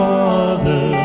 Father